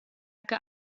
jacke